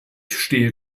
stehe